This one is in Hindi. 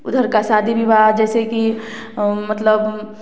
उधर का शादी विवाह जैसे कि मतलब